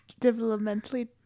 developmentally